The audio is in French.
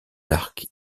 arcs